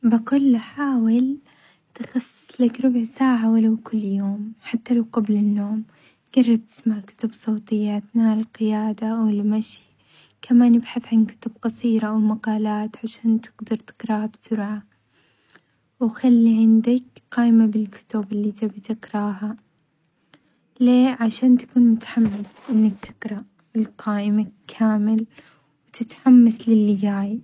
بقول له حاول تخصصلك ربع ساعة ولو كل يوم حتى لو قبل النوم جرب تسمع كتب صوتية عن القيادة والمشي، كمان ابحث عن كتب قصيرة أو مقالات عشان تقدر تقراها بسرعة وخلي عندك قايمة بالكتب اللي تبي تقراها، ليه؟ عشان تكون متحمس أنك تقرأ القائمة كامل وتتحمس للي جاي.